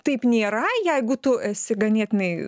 taip nėra jeigu tu esi ganėtinai